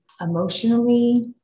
emotionally